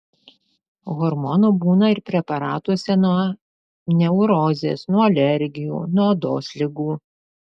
hormonų būna ir preparatuose nuo neurozės nuo alergijų nuo odos ligų